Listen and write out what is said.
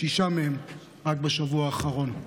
שישה מהם רק בשבוע האחרון.